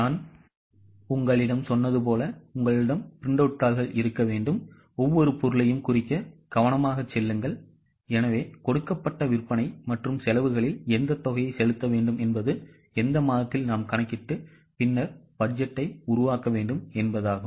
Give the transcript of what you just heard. நான் உங்களிடம் சொன்னது போலஉங்களிடம் பிரிண்ட் அவுட் தாள்கள் இருக்க வேண்டும் ஒவ்வொரு பொருளையும் குறிக்க கவனமாக செல்லுங்கள் எனவே கொடுக்கப்பட்ட விற்பனை மற்றும் செலவுகளில் எந்த தொகையை செலுத்த வேண்டும் என்பது எந்த மாதத்தில் நாம் கணக்கிட்டு பின்னர் பட்ஜெட்டை உருவாக்க வேண்டும் என்பதாகும்